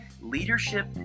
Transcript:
Leadership